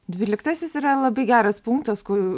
dvyliktasis yra labai geras punktas kur